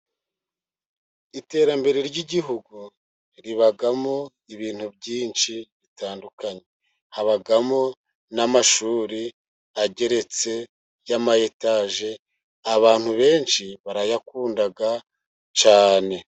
Iterambere ry'igihugu, ribamo ibintu byinshi bitandukanye, habamo n'amashuri ageretse y'ama etaje, abantu benshi barayakunda cyane.